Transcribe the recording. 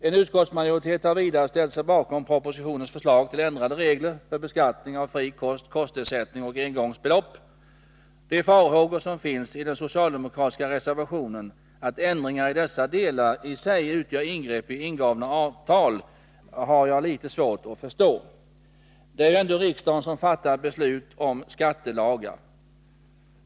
En utskottsmajoritet har vidare ställt sig bakom propositionens förslag till ändrade regler för beskattning av fri kost, kostersättning och engångsbelopp. De farhågor som finns i den socialdemokratiska reservationen att ändringar i dessa delar i och för sig utgör ingrepp i ingångna avtal har jag litet svårt att förstå. Det är ju ändå riksdagen som fattar beslut om skattelagar.